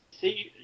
See